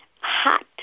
hot